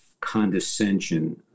condescension